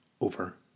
over